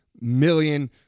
million